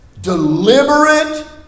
deliberate